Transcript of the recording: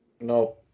No